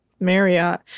Marriott